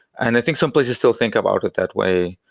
and i think some places still think about it that way.